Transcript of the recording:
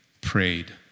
prayed